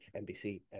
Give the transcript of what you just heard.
NBC